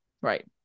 right